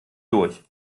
durch